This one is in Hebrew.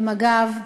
על מג"ב.